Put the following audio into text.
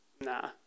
Nah